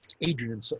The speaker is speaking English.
Adrian